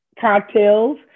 cocktails